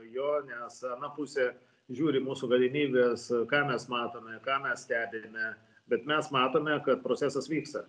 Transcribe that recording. jo nes ana pusė žiūri mūsų galimybes ką mes matome ką mes stebime bet mes matome kad procesas vyksta